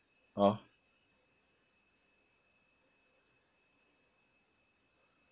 ah